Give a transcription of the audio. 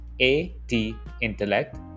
A-T-intellect